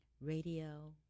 radio